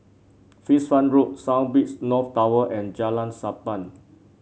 Fish Farm Road South Beach North Tower and Jalan Sappan